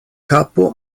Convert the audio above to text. kapo